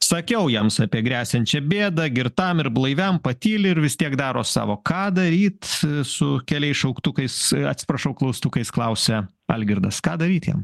sakiau jiems apie gresiančią bėdą girtam ir blaiviam patyli ir vis tiek daro savo ką daryt su keliais šauktukais atsiprašau klaustukais klausia algirdas ką daryt jiem